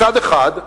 מצד אחד,